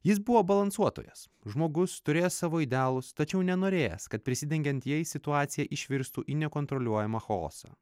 jis buvo balansuotojas žmogus turėjęs savo idealus tačiau nenorėjęs kad prisidengiant jais situacija išvirstų į nekontroliuojamą chaosą